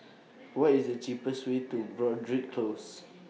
What IS The cheapest Way to Broadrick Close